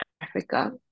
Africa